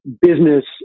business